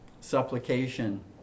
supplication